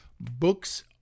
Books